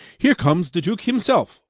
here comes the duke himself.